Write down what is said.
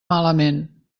malament